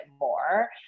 more